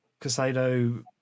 Casado